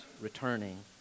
returning